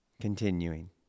Continuing